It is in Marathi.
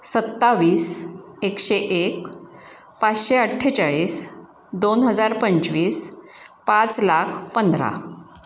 सत्तावीस एकशे एक पाचशे अठ्ठेचाळीस दोन हजार पंचवीस पाच लाख पंधरा